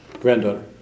granddaughter